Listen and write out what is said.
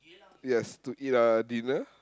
yes to eat uh dinner